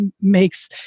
makes